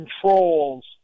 controls